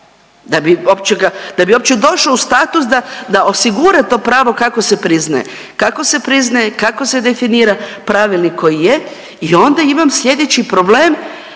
da bi uopće došao u status da osigura to pravo kako se priznaje. Kako se priznaje, kako se definira, pravilnik koji je i onda imam slijedeći problem,